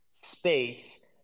space